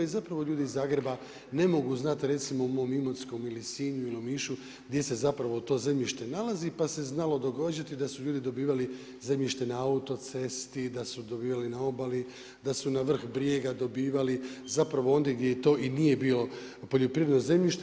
I zapravo ljudi iz Zagreba ne mogu znati, reci u mom Imotskom ili Sinju ili u Omišu, gdje se zapravo to zemljište nalazi, pa se znalo događati, da su ljudi dobivali zemljište na autocesti, da su dobivali na obali, da su na vrh brijega dobivali, zapravo ondje gdje i točnije bilo poljoprivredno zemljište.